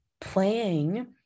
playing